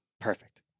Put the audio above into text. Perfect